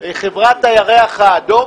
חברת הירח האדום,